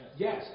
Yes